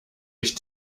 ich